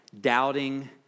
doubting